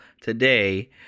today